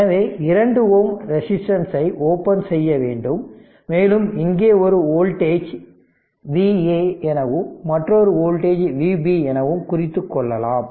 எனவே 2 Ω ரெசிஸ்டன்ஸ்சை ஓபன் செய்ய வேண்டும் மேலும் இங்கே ஒரு வோல்டேஜ் Va எனவும் மற்றொரு வோல்டேஜ் Vb எனவும் குறித்துக் கொள்ளலாம்